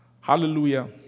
Hallelujah